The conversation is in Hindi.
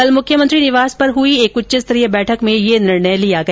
कल मुख्यमंत्री निवास पर हुई एक उच्चस्तरीय बैठक में ये निर्णय लिया गया